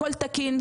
הכל תקין,